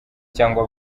cyangwa